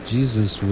Jesus